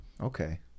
Okay